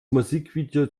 musikvideo